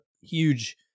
huge